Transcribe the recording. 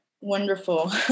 wonderful